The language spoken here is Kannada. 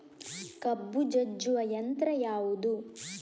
ಕಬ್ಬು ಜಜ್ಜುವ ಯಂತ್ರ ಯಾವುದು?